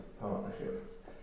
partnership